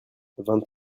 vingt